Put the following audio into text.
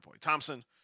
Thompson